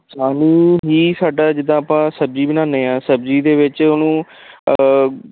ਸਾਨੂੰ ਵੀ ਸਾਡਾ ਜਿੱਦਾਂ ਆਪਾਂ ਸਬਜ਼ੀ ਬਣਾਉਂਦੇ ਹਾਂ ਸਬਜ਼ੀ ਦੇ ਵਿੱਚ ਉਹਨੂੰ